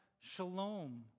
shalom